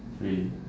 really